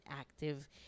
active